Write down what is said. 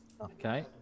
okay